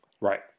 right